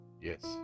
Yes